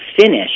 finish